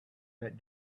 that